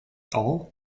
all